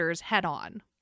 head-on